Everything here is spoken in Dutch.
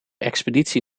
expeditie